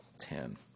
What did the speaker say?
ten